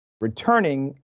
returning